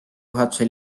juhatuse